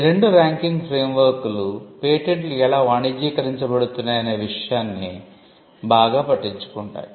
ఈ రెండు ర్యాంకింగ్ ఫ్రేమ్వర్క్లు పేటెంట్లు ఎలా వాణిజ్యీకరించబడుతున్నాయి అనే విషయాన్ని బాగా పట్టించుకుంటాయి